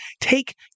take